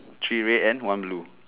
three red and one blue